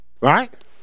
Right